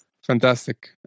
Fantastic